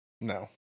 No